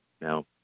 Now